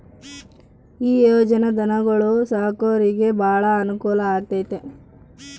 ಈ ಯೊಜನೆ ಧನುಗೊಳು ಸಾಕೊರಿಗೆ ಬಾಳ ಅನುಕೂಲ ಆಗ್ಯತೆ